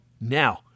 Now